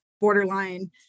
borderline